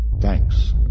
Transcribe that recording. Thanks